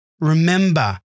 Remember